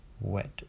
wet